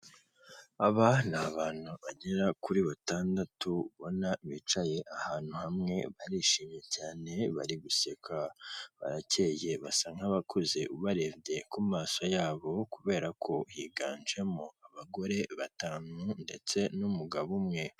Aba ni abantu bagera kuri batandatu ubona bicaye ahantu hamwe barishimye cyane bari guseka, barakeye, basa nk'abakuze ubarebye ku maso yabo, kubera ko higanjemo abagore batanu ndetse n'umugabo umwe.